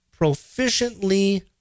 proficiently